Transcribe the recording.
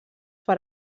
per